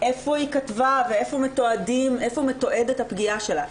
איפה היא כתבה ואיפה מתועדת הפגיעה שלה,